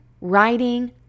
writing